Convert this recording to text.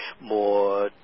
more